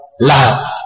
love